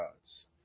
gods